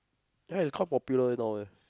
ya it's quite popular now eh